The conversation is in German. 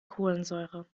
kohlensäure